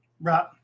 Right